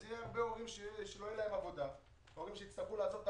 אז יהיו הרבה הורים שיצטרכו לעזוב את